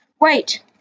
Wait